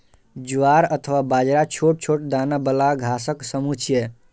ज्वार अथवा बाजरा छोट छोट दाना बला घासक समूह छियै